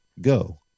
Go